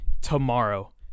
tomorrow